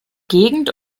gegend